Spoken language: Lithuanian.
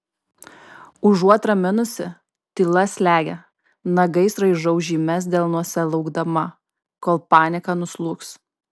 užuot raminusi tyla slegia nagais raižau žymes delnuose laukdama kol panika nuslūgs